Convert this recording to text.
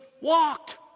walked